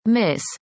Miss